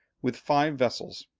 with five vessels,